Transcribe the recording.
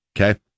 Okay